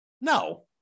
no